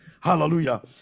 Hallelujah